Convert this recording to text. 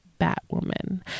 Batwoman